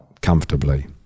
comfortably